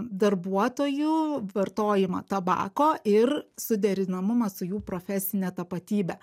darbuotojų vartojimą tabako ir suderinamumą su jų profesine tapatybe